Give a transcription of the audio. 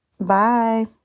Bye